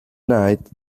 knight